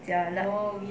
jialat